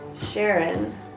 Sharon